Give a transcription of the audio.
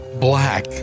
black